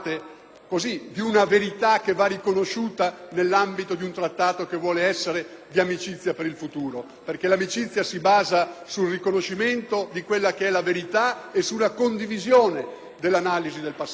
di una verità che va riconosciuta nell'ambito di un Trattato che vuole essere di amicizia per il futuro. L'amicizia si basa infatti sul riconoscimento della verità e sulla condivisione dell'analisi del passato.